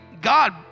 God